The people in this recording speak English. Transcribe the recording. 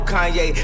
Kanye